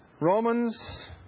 Romans